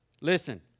Listen